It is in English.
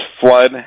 flood